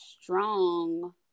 strong